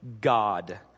God